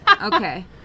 Okay